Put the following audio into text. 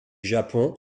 japon